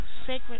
sacred